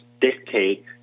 dictate